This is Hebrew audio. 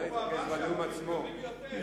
הוא אמר שהערבים מקבלים יותר,